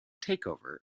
takeover